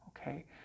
okay